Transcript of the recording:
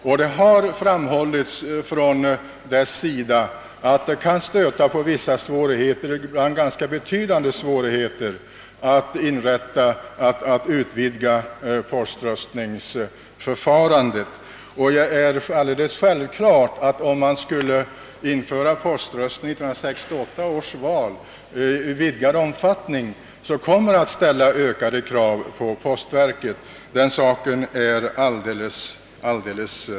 Från verkets sida har framhållits att det kan komma att stöta på vissa svårigheter, ibland ganska betydande sådana, att utvidga poströstningsförfarandet. Om man i vidgad omfattning skulle införa poströstning till 1968 års val, är det alldeles självklart att denna kommer att ställa ökade krav på postverket.